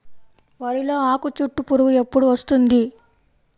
వరిలో ఆకుచుట్టు పురుగు ఎప్పుడు వస్తుంది?